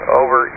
over